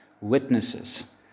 witnesses